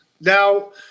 Now